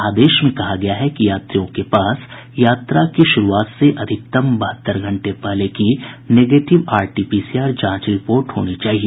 आदेश में कहा गया है कि यात्रियों के पास पास यात्रा की शुरूआत से अधिकतम बहत्तर घंटे पहले की निगेटिव आरटीपीसीआर जांच रिपोर्ट होनी चाहिए